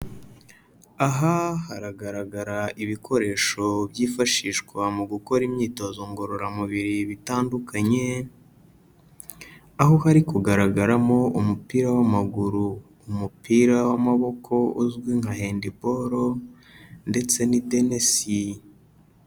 Aha haragaragara ibikoresho byifashishwa mu gukora imyitozo ngororamubiri bitandukanye, aho hari kugaragaramo umupira w'amaguru, umupira w'amaboko uzwi nka Handball ndetse n'idenesi.